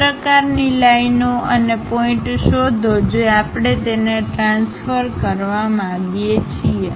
આ પ્રકારની લાઈનઓ અને પોઇન્ટ શોધો જે આપણે તેને ટ્રાન્સફર કરવા માંગીએ છીએ